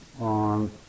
on